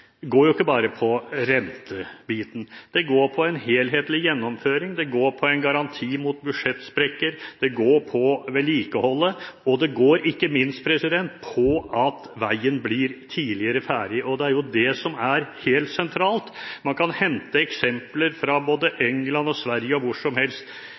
går ikke bare på rentebiten. Det går på en helhetlig gjennomføring. Det går på en garanti mot budsjettsprekker. Det går på vedlikeholdet, og ikke minst går det på at veien blir tidligere ferdig. Det er jo det som er helt sentralt. Man kan hente eksempler fra både England og Sverige og hvor som helst.